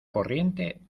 corriente